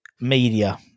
media